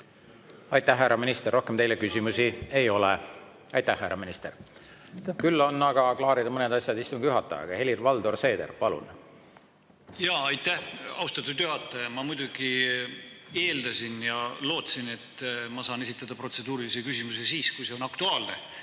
Aitäh, härra minister! Rohkem teile küsimusi ei ole. Aitäh, härra minister! Küll on aga klaarida mõned asjad istungi juhatajaga. Helir-Valdor Seeder, palun! Aitäh, austatud juhataja! Ma muidugi eeldasin ja lootsin, et ma saan esitada protseduurilise küsimuse siis, kui see on aktuaalne,